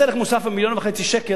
מס ערך מוסף על מיליון וחצי שקל?